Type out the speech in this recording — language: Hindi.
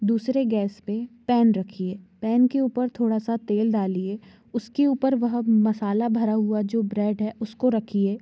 दूसरे गैस पर पैन रखिए पैन के ऊपर थोड़ा सा तेल डालिए उसके ऊपर वह मसाला भरा हुआ जो ब्रेड है उसको रखिए